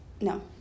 No